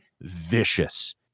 vicious